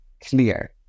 clear